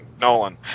Nolan